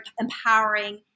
empowering